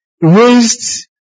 Raised